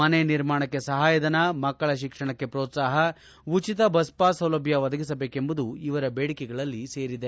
ಮನೆ ನಿರ್ಮಾಣಕ್ಕೆ ಸಹಾಯಧನ ಮಕ್ಕಳ ಶಿಕ್ಷಣಕ್ಕೆ ಪ್ರೋತ್ಸಾಹ ಉಚಿತ ಬಸ್ಪಾಸ್ ಸೌಲಭ್ಞ ಒದಗಿಸಬೇಕೆಂಬುವುದು ಇವರ ಬೇಡಿಕೆಗಳಲ್ಲಿ ಸೇರಿವೆ